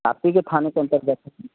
आप ही के थाने के अंतर्गत है न